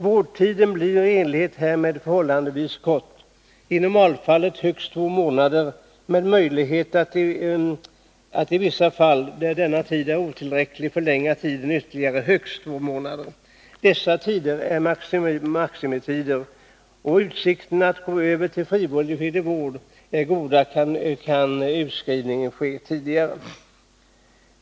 Vårdtiden blir i enlighet härmed förhållandevis kort, i normalfallet högst två månader med en möjlighet att i vissa fall, där denna tid är otillräcklig, förlänga tiden med ytterligare högst två månader. Dessa tider är maximitider. Om utsikterna att gå över till frivillig vård är goda, kan utskrivning ske tidigare.